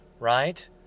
right